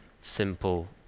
simple